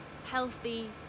healthy